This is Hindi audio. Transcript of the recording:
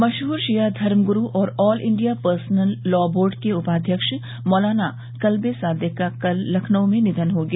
मशहूर शिया धर्मगुरु और all India personal law board के उपाध्यक्ष मौलाना कल्बे सादिक का कल लखनऊ में निधन हो गया